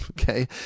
okay